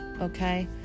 okay